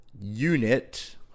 unit